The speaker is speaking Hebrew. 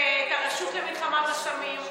ואת הרשות למלחמה בסמים.